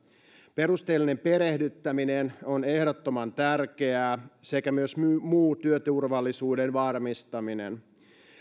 perusteellinen perehdyttäminen on ehdottoman tärkeää sekä myös myös muu työturvallisuuden varmistaminen